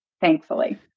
thankfully